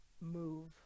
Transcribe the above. move